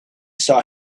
saw